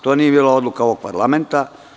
To nije bila odluka ovog parlamenta.